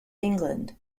england